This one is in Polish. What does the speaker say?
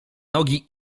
nogi